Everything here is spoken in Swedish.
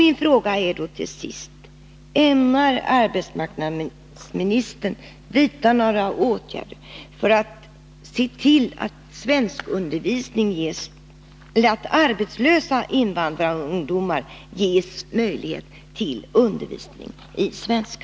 Min fråga är därför till sist: ÄmMnar arbetsmarknadsministern vidta några åtgärder för att se till att arbetslösa invandrarungdomar ges möjlighet till undervisning i svenska?